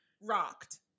rocked